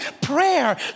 prayer